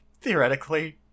theoretically